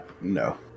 no